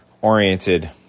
oriented